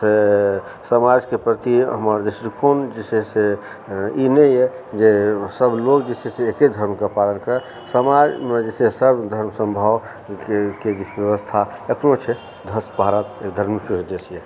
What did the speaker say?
से समाजके प्रति हमर दृष्टिकोण जे छै से ई नहि यऽ जे सभ लोक जे छै से एके धर्मके पालन करै समाजमे जे छै से सर्व धर्म समभावके के व्यवस्था एखनो छै धर्मके वजहसँ